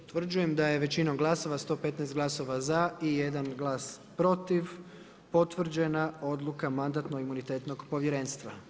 Utvrđujem da je većinom glasova 115. glasova za i jedan glas protiv potvrđena odluka Mandatno imunitetnog povjerenstva.